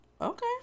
Okay